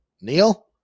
Neil